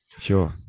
Sure